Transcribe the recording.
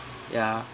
ya